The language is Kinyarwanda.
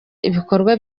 ibikorwa